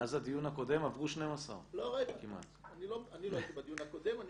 מאז הדיון הקודם עברו 11. אני לא הייתי בדיון הקודם.